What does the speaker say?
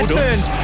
turns